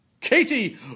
Katie